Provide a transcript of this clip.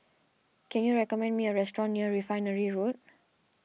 can you recommend me a restaurant near Refinery Road